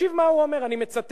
תקשיב מה הוא אומר, אני מצטט: